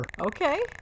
Okay